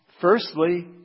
Firstly